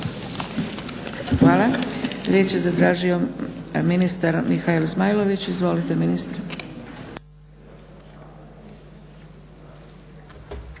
Hvala.